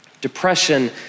Depression